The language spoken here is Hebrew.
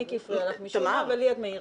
מיקי הפריע לך משום מה ולי את מעירה.